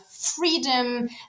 freedom